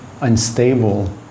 unstable